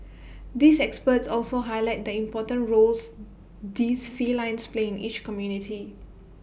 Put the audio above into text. these excerpts also highlight the important roles these felines play in each community